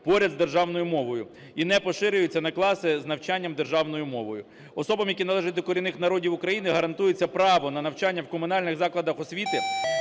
поряд з державною мовою і не поширюється на класи з навчанням державною мовою. Особам, які належать до корінних народів України, гарантується право на навчання в комунальних закладах освіти